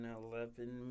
eleven